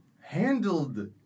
handled